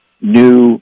new